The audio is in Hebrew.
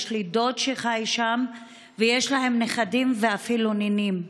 יש לי דוד שחי שם ויש להם נכדים ואפילו נינים.